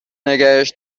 نگهش